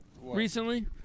recently